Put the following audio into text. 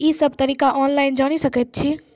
ई सब तरीका ऑनलाइन जानि सकैत छी?